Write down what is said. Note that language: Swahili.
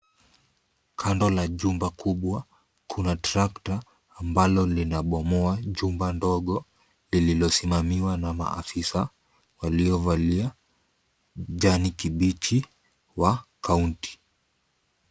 Kando la jumba kubwa kuna tractor ambalo linabomoa jumba ndogo, lililosimamiwa na maafisa waliovalia kijani kibichi wa kaunti.